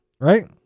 Right